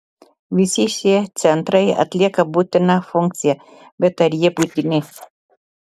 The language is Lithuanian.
visi šie centrai atlieka būtiną funkciją bet ar jie būtini